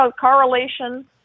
correlation